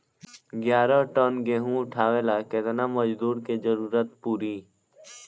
ग्यारह टन गेहूं उठावेला केतना मजदूर के जरुरत पूरी?